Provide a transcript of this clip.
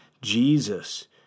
Jesus